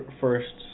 first